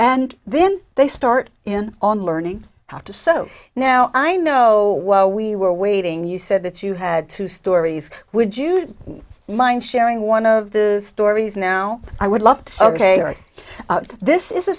and then they start in on learning how to sew now i know we were waiting you said that you had two stories would you mind sharing one of the stories now i would love to ok or this is a